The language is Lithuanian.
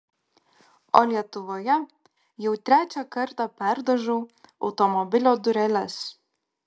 o lietuvoje jau trečią kartą perdažau automobilio dureles